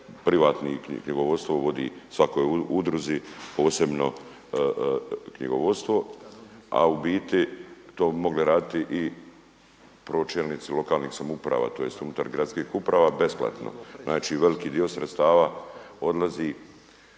privatnik, knjigovodstvo vodi svakoj udruzi posebno knjigovodstvo, a u biti to bi mogle raditi i pročelnici lokalnih samouprava, tj. unutar gradskih uprava besplatno. Znači veliki dio sredstava odlazi